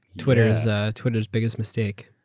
twitteraeurs ah twitteraeurs biggest mistake.